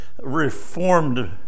reformed